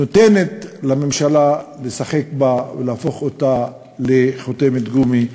נותנת לממשלה לשחק בה ולהפוך אותה לחותמת גומי,